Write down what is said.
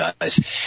guys